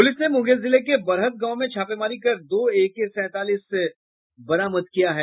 police ने मुंगेर जिले के बरहत गांव में छापेमारी कर दो एके सैंतालीस बरामद किया है